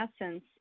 essence